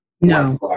No